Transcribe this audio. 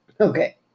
Okay